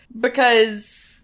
because-